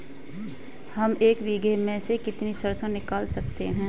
हम एक बीघे में से कितनी सरसों निकाल सकते हैं?